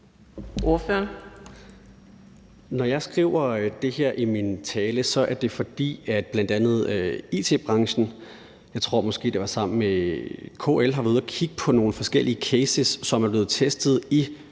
Når jeg skriver det her i min tale, er det, fordi bl.a. it-branchen – jeg tror, det var sammen med KL – har været ude at kigge på nogle forskellige cases, som er blevet testet i